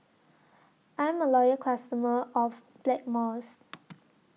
I'm A Loyal customer of Blackmores